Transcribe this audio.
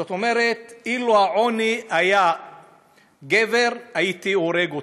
זאת אומרת, אילו העוני היה גבר, הייתי הורג אותו.